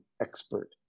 expert